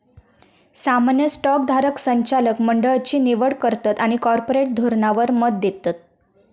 सामान्य स्टॉक धारक संचालक मंडळची निवड करतत आणि कॉर्पोरेट धोरणावर मत देतत